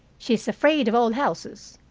she is afraid of old houses.